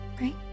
Right